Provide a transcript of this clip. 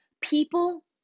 people